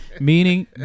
meaning